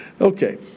Okay